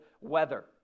weather